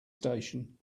station